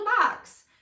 box